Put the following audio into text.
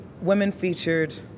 women-featured